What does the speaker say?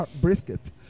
brisket